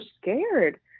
scared